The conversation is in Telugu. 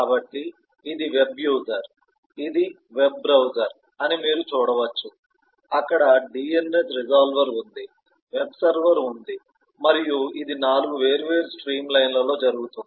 కాబట్టి ఇది వెబ్ యూజర్ ఇది వెబ్ బ్రౌజర్ అని మీరు చూడవచ్చు అక్కడ DNS రిసల్వర్ ఉంది వెబ్ సర్వర్ ఉంది మరియు ఇది 4 వేర్వేరు స్ట్రీమ్లైన్లలో జరుగుతుంది